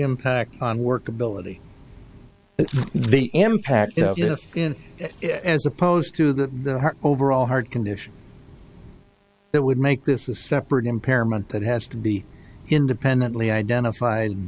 impact on workability the impact in as opposed to the overall heart condition that would make this a separate impairment that has to be independently identified